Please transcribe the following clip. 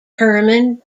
herman